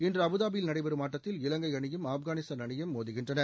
இன்று அபுதாபியில் நடைபெறும் ஆட்டத்தில் இலங்கை அணியும் ஆப்கானிஸ்தான் அணியும் மோதுகின்றன